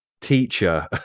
teacher